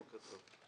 בוקר טוב.